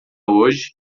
hoje